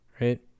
right